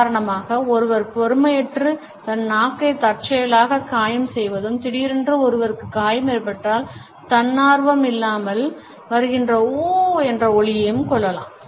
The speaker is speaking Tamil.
உதாரணமாக ஒருவர் பொறுமையற்று தன் நாக்கை தற்செயலாக காயம் செய்வதும் தீடீரென்று ஒருவருக்கு காயம் ஏற்பட்டால் தன்னார்வமில்லாமல் வருகின்ற ooh என்ற ஒலியையும் கொள்ளலாம்